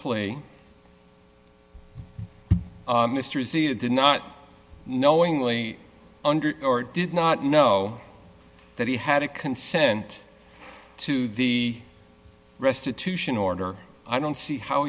play mr z did not knowingly or did not know that he had to consent to the restitution order i don't see how